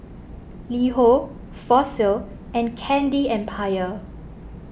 LiHo Fossil and Candy Empire